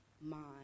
mind